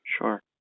Sure